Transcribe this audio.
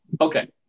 Okay